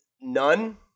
none